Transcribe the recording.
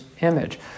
image